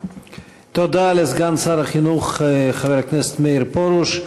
תודה לסגן שר החינוך חבר הכנסת מאיר פרוש.